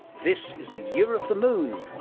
this is the year of the moon.